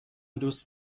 دوست